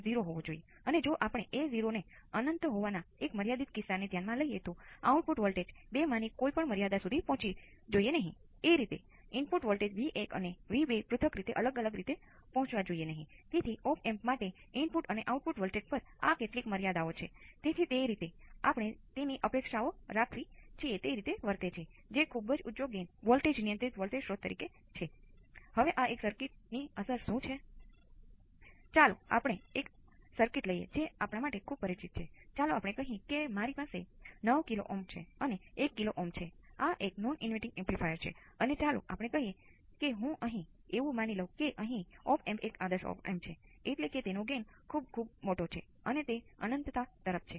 જ્યાં સુધી ઇનપુટ્સ પર લાગુ થાય છે તે પહેલાની પ્રારંભિક સ્થિતિ 0 છે તે કંઈપણ હોઈ શકે છે પરંતુ ચાલો મને એ માનવા દો કે તે 0 છે